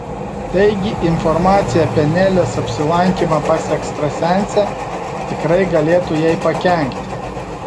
taigi informacija apie nelės apsilankymą pas ekstrasensę tikrai galėtų jai pakenkti